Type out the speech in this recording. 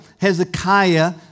Hezekiah